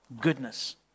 goodness